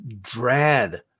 dread